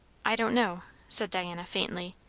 i don't know, said diana faintly.